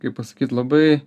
kaip pasakyt labai